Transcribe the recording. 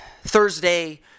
Thursday